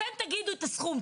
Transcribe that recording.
אתם תגידו את הסכום,